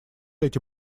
эти